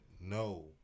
No